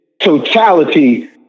totality